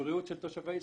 הבריאות של תושבי ישראל.